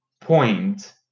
point